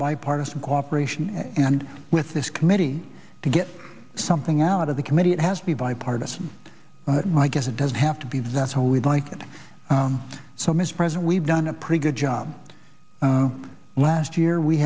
bipartisan cooperation and with this committee to get something out of the committee it has to be bipartisan but i guess it doesn't have to be that's how we'd like it so mispresent we've done a pretty good job last year we